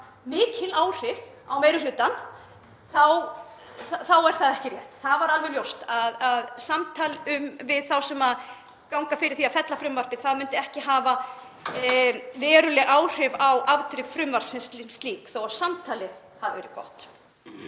mikil áhrif á meiri hlutann þá er það ekki rétt. Það var alveg ljóst að samtal við þá sem ganga fyrir því að fella frumvarpið myndi ekki hafa veruleg áhrif á afdrif frumvarps sem slíks þó að samtalið hafi verið gott.